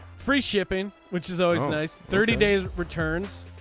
free shipping which is always nice. thirty days returns.